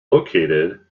located